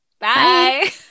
Bye